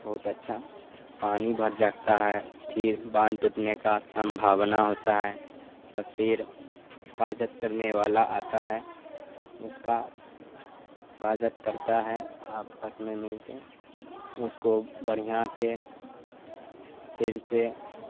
بہت اچھا پانی بھر جاگتا ہے پھر باندھ ٹوٹنے کا سنبھاؤنا ہوتا ہے تو پھر حفاظت کرنے والا آتا ہے اس کا حفاظت کرتا ہے آپس میں مل کے اس کو بڑھیا سے پھر سے